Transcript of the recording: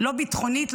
לא ביטחונית,